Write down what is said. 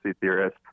theorist